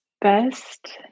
best